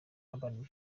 urban